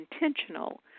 intentional